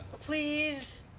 Please